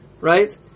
right